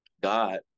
God